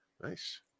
Nice